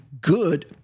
good